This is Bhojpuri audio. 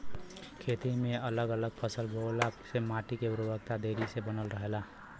खेती में अगल अलग फसल बोअला से माटी के उर्वरकता देरी ले बनल रहेला